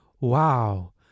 Wow